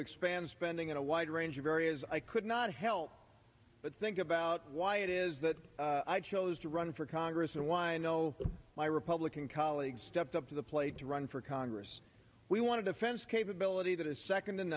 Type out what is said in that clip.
expand spending and a wide range of areas i could not help but think about why it is that i chose to run for congress and why i know my republican colleagues stepped up to the plate to run for congress we want to defense capability